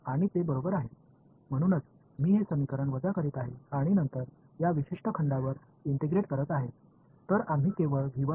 எனவே நாம் உடன்மட்டுமே ஒருங்கிணைத்தோம் பின்னர் நாம் மட்டுமே ஒருங்கிணைப்போம் இந்த சமன்பாடு நமக்கு சரியானது என்பதை நீங்கள் காணலாம்